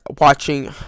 watching